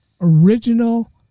original